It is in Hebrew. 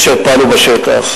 אשר פעלו בשטח.